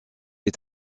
est